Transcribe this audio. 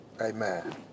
Amen